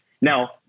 Now